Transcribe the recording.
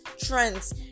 trends